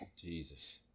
Jesus